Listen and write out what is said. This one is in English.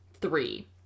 three